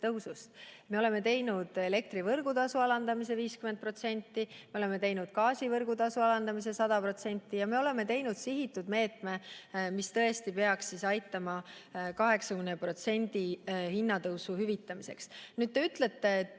hinnatõusust. Me oleme teinud elektrivõrgutasu alandamise 50%, me oleme teinud gaasivõrgutasu alandamise 100% ja me oleme teinud sihitud meetme, mis tõesti peaks aitama, 80% hinnatõusu hüvitamiseks. Te ütlete, et